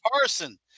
Parson